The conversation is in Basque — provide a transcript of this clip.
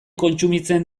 kontsumitzen